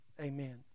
Amen